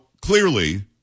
clearly